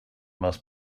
most